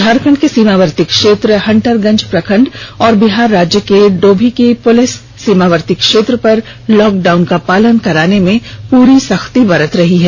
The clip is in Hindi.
झारखंड के सीमावर्ती क्षेत्र हेंटरगंज प्रखंड एवं बिहार राज्य के डोभी गया की पुलिस सीमावर्ती क्षेत्र पर लॉकडाउन का पालन करवाने में पूरी सख्ती बरत रही है